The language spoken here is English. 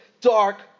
dark